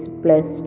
plus